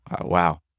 Wow